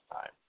time